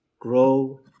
Grow